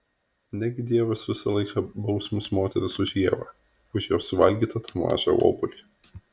negi dievas visą laiką baus mus moteris už ievą už jos suvalgytą tą mažą obuolį